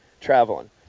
traveling